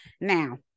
Now